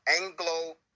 Anglo